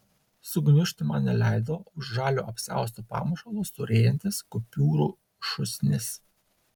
sugniužti man neleido už žalio apsiausto pamušalo storėjantis kupiūrų šūsnis